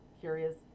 curious